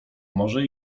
może